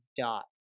dot